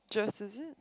just is it